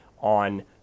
on